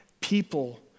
people